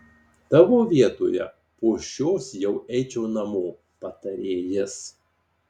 tavo vietoje po šios jau eičiau namo patarė jis